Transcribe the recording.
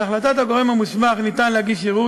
על החלטת הגורם המוסמך ניתן להגיש ערעור